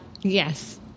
Yes